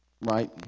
right